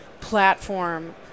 platform